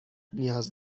نیاز